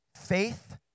faith